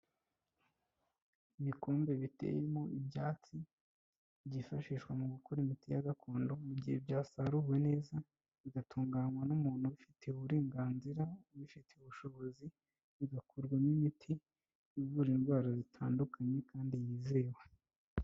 Ibikombe biteyemo ibyatsi byifashishwa mu gukora imiti ya gakondo mu gihe byasaruwe neza, bigatunganywa n'umuntu ubifitiye uburenganzira; ubifitiye ubushobozi, bigakorwarwamo imiti ivura indwara zitandukanye kandi yizewe.